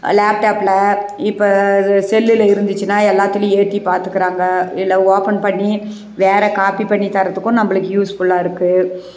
லேப்டாப்பில் இப்போ அது செல்லில் இருந்துச்சுன்னா எல்லாத்துலேயும் ஏற்றி பார்த்துக்குறாங்க இல்லை ஓப்பன் பண்ணி வேறு காப்பி பண்ணி தர்றத்துக்கும் நம்மளுக்கு யூஸ்ஃபுல்லாக இருக்குது